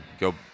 go